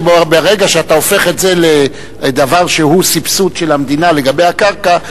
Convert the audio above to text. כי ברגע שאתה הופך את זה לדבר שהוא סבסוד של המדינה לגבי הקרקע,